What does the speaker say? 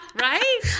right